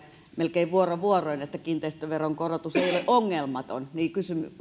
melkein vuoro vuoroin että kiinteistöveron korotus ei ole ongelmaton niinpä